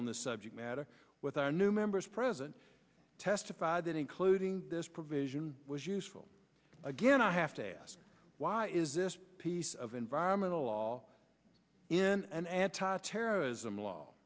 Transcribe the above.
on the subject matter with our new members present testified that including this provision was useful again i have to ask why is this piece of environmental law in an anti terrorism law